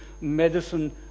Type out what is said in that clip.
medicine